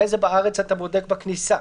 אחרי זה, בארץ אתה בודק בכניסה.